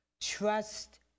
Trust